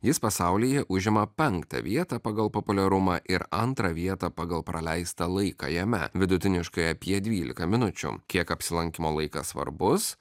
jis pasaulyje užima penktą vietą pagal populiarumą ir antrą vietą pagal praleistą laiką jame vidutiniškai apie dvylika minučių kiek apsilankymo laikas svarbus